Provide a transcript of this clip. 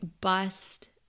bust